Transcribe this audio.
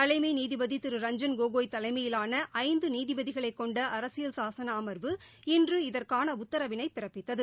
தலைமைநீதிபதிதிரு ரஞ்ஜன் கோகோய் தலைமையிலானஐந்துநீதிபதிகளைக் கொண்ட அரசியல் சாசனஅமர்வு இன்று இதற்கானஉத்தரவினைபிறப்பித்தது